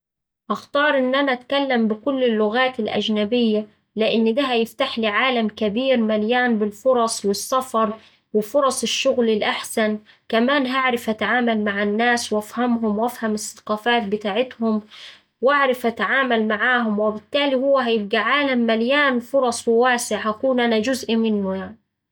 هختار إن أنا أتكلم بكل اللغات الأجنبية لإن ده هيفتحلي عالم كبير مليان بالفرص والسفر وفرص الشغل الأحسن كمان هعرف أتعامل مع الناس وأفهمهم وأفهم الثقافات بتاعتهم وأعرف أتعامل معاهم وبالتالي هو هيبقا عالم مليان فرص وواسع هكون أنا جزء منه يعني.